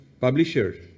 publisher